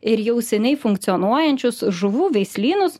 ir jau seniai funkcionuojančius žuvų veislynus